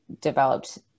developed